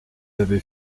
avez